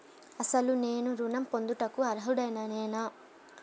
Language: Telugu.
అసలు నేను ఋణం పొందుటకు అర్హుడనేన?